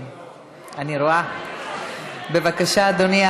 בבקשה, אדוני.